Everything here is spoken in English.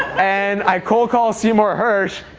and i cold call seymour hirsch.